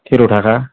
थेर' थाखा